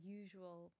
usual